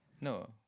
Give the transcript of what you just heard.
No